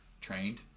trained